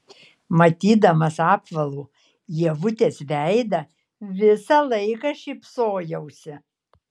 matydamas apvalų ievutės veidą visą laiką šypsojausi